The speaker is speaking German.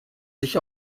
sich